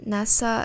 Nasa